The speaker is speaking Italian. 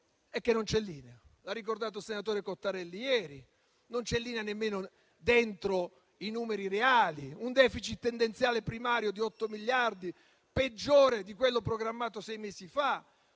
non c'è linea, l'ha ricordato il senatore Cottarelli ieri. Non c'è linea nemmeno dentro i numeri reali: un *deficit* tendenziale primario di 8 miliardi, peggiore di quello programmato sei mesi fa,